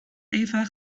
eva